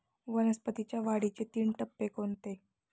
वनस्पतींच्या वाढीचे तीन टप्पे कोणते?